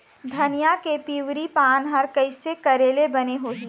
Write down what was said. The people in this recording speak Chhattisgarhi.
धनिया के पिवरी पान हर कइसे करेले बने होही?